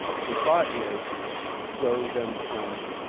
the thought is grow them from.